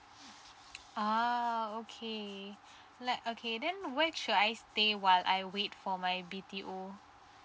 uh okay let okay then where should I stay while I wait for my B_T_O